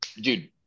dude